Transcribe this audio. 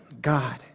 God